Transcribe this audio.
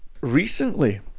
recently